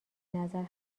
نظر